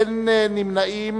2, אין נמנעים.